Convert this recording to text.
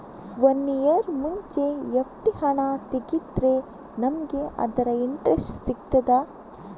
One year ಮುಂಚೆ FD ಹಣ ತೆಗೆದ್ರೆ ನಮಗೆ ಅದರ ಇಂಟ್ರೆಸ್ಟ್ ಸಿಗ್ತದ?